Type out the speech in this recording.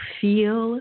feel